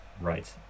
right